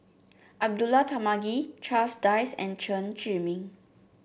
Abdullah Tarmugi Charles Dyce and Chen Zhiming